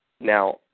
Now